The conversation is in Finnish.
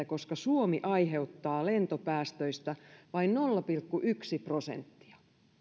koska suomi aiheuttaa lentopäästöistä vain nolla pilkku yksi prosenttia